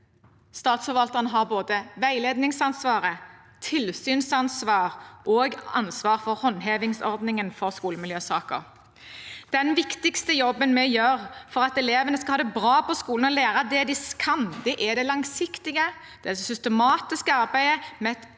Statsforvalteren har både veiledningsansvar, tilsynsansvar og ansvar for håndhevingsordningen for skolemiljøsaker. Den viktigste jobben vi gjør for at elevene skal ha det bra på skolen og lære det de kan, er det langsiktige og systematiske arbeidet med et